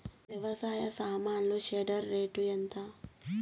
వ్యవసాయ సామాన్లు shredder rate ఎంత?